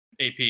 AP